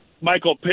Michael